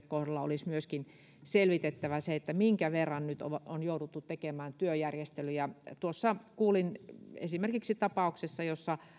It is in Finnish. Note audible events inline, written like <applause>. <unintelligible> kohdalla olisi selvitettävä se minkä verran nyt on jouduttu tekemään työjärjestelyjä tuossa kuulin esimerkiksi tapauksesta jossa